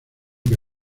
que